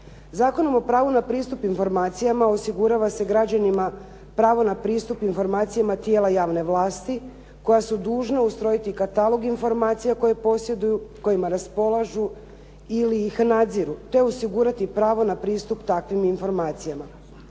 Zakonom o pravu na pristup informacijama osigurava se građanima pravo na pristup informacijama tijela javne vlasti koja su dužna ustrojiti katalog informacija koje posjeduju, kojima raspolažu ili ih nadziru te osigurati pravo na pristup takvim informacijama.